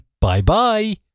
bye-bye